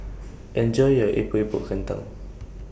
Enjoy your Epok Epok Kentang